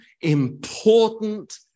important